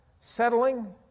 settling